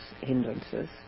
hindrances